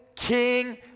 King